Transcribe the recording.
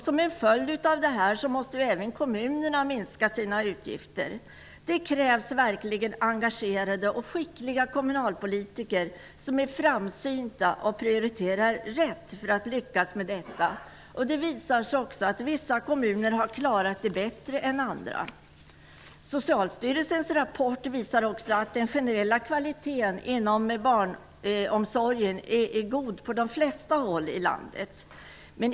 Som en följd av detta måste även kommunerna minska sina utgifter. För att lyckas med detta krävs det verkligen engagerade och skickliga kommunalpolitiker som är framsynta och prioriterar rätt. Det visar sig också att vissa kommuner har klarat det bättre än andra. Socialstyrelsens rapport visar också att den generella kvaliteten inom barnomsorgen är god på de flesta håll i landet.